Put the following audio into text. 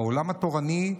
בעולם התורני מכירים,